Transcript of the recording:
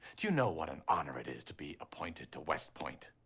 do you know what an honor it is to be appointed to west point?